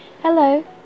Hello